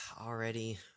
already